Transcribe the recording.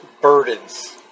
burdens